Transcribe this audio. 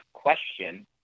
question